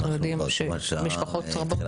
אנחנו יודעים שמשפחות רבות --- אנחנו כבר כמעט שעה